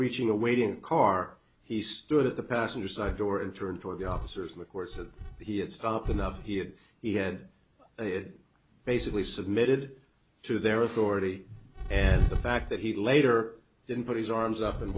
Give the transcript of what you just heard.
reaching a waiting car he stood at the passenger side door and turned toward the officers of course and he had stopped enough he had he had basically submitted to their authority and the fact that he later didn't put his arms up and